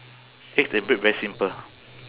eggs and bread very simple